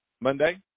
Monday